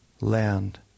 land